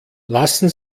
lassen